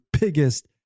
biggest